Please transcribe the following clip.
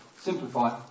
Simplify